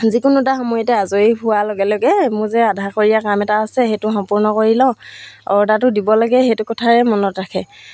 যিকোনো এটা সময়তে আজৰি হোৱাৰ লগে লগে মোৰ যে আধাখৰীয়া কাম এটা আছে সেইটো সম্পূৰ্ণ কৰি লওঁ অৰ্ডাৰটো দিব লাগে সেইটো কথাই মনত ৰাখে